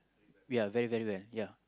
we are very very very ya